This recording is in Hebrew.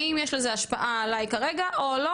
האם יש לזה השפעה עליי כרגע או לא.